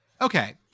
Okay